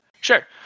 sure